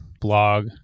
blog